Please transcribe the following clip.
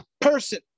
person